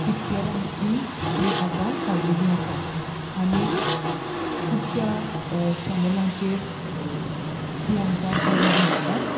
पिक्चरांनीं तीं आतां काडिल्लीं आसात आनी खुबश्या चॅनलांचेर तीं आमकां पळोवंक मेळटात